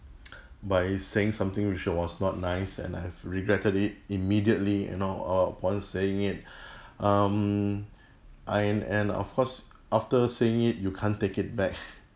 by saying something which was not nice and I've regretted it immediately you know uh upon saying it um I and of course after saying it you can't take it back